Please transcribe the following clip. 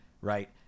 Right